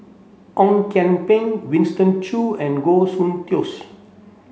Ong Kian Peng Winston Choo and Goh Soon Tioes